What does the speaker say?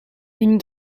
une